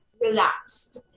relaxed